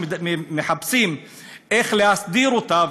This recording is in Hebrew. שמחפשים איך להסדיר אותה,